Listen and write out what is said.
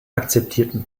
akzeptierten